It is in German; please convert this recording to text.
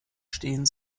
stehen